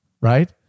right